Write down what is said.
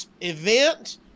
event